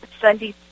Sunday